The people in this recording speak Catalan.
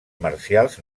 marcials